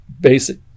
basic